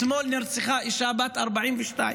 אתמול נרצחה אישה בת 42,